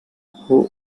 who